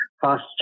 fast